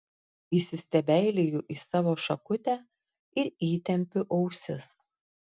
įsistebeiliju į savo šakutę ir įtempiu ausis